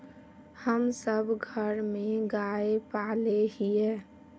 हम सब घर में गाय पाले हिये?